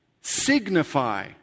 signify